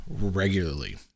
regularly